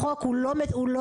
החוק הוא לא מדויק,